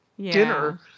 dinner